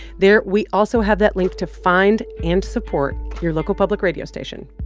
there we also have that link to find and support your local public radio station.